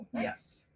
yes